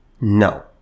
no